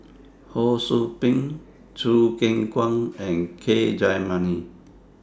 Ho SOU Ping Choo Keng Kwang and K Jayamani